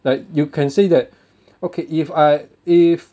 like you can say that okay if I if